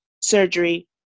surgery